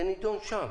זה נדון שם.